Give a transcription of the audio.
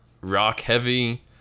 rock-heavy